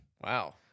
Wow